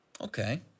Okay